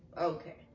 Okay